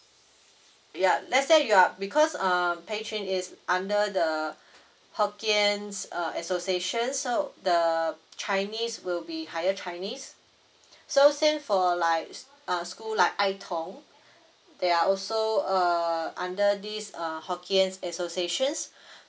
yup let's say you are because um pei chun is under the hokkien's uh association so the chinese will be higher chinese so same for like uh school like ai tong they are also uh under this (euhr) hokkien's associations